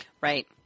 Right